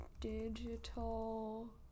Digital